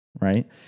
right